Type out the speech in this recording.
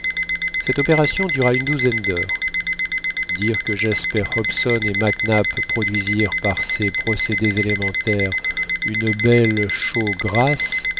cette opération dura une douzaine d'heures dire que jasper hobson et mac nap produisirent par ces procédés élémentaires une belle chaux grasse